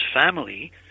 family